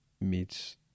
meets